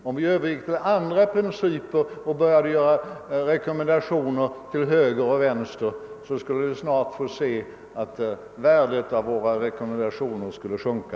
Om vi övergick till andra principer och började anta rekommendationer till höger och vänster, skulle vi snart få se värdet av rekommendationerna sjunka.